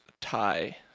tie